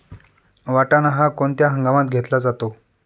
वाटाणा हा कोणत्या हंगामात घेतला जातो?